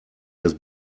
das